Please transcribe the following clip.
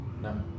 No